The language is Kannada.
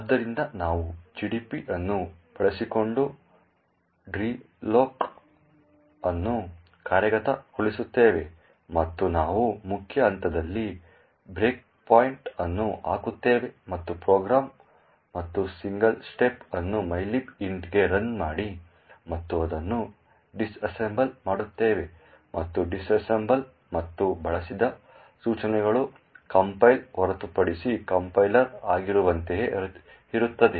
ಆದ್ದರಿಂದ ನಾವು GDB ಅನ್ನು ಬಳಸಿಕೊಂಡು ಡ್ರೆಲೋಕ್ ಅನ್ನು ಕಾರ್ಯಗತಗೊಳಿಸುತ್ತೇವೆ ಮತ್ತು ನಾವು ಮುಖ್ಯ ಹಂತದಲ್ಲಿ ಬ್ರೇಕ್ಪಾಯಿಂಟ್ ಅನ್ನು ಹಾಕುತ್ತೇವೆ ಮತ್ತು ಪ್ರೋಗ್ರಾಂ ಮತ್ತು ಸಿಂಗಲ್ ಸ್ಟೆಪ್ ಅನ್ನು mylib int ಗೆ ರನ್ ಮಾಡಿ ಮತ್ತು ಅದನ್ನು ಡಿಸ್ಅಸೆಂಬಲ್ ಮಾಡುತ್ತೇವೆ ಮತ್ತು ಡಿಸ್ಅಸೆಂಬಲ್ ಮತ್ತು ಬಳಸಿದ ಸೂಚನೆಗಳು ಕಂಪೈಲರ್ ಹೊರತುಪಡಿಸಿ ಕಂಪೈಲರ್ ಹಾಕಿರುವಂತೆಯೇ ಇರುತ್ತವೆ